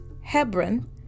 Hebron